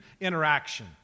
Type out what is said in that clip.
interaction